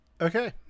Okay